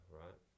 right